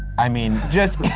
i mean just